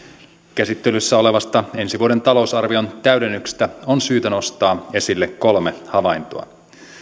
käsittelyssä olevasta ensi vuoden talousarvion täydennyksestä on syytä nostaa esille kolme havaintoa